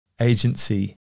agency